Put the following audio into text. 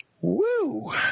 Woo